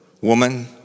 Woman